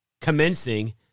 commencing